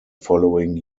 following